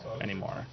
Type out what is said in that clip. anymore